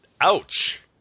ouch